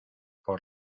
por